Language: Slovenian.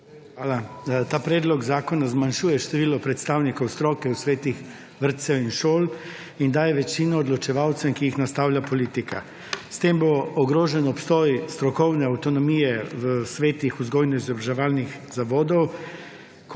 Hvala. Ta predlog zakona zmanjšuje število predstavnikov stroke v svetih vrtcev in šol in daje večino odločevalcem, ki jih nastavlja politika. S tem bo ogrožen obstoj strokovne avtonomije v svetih vzgojno-izobraževalnih zavodov.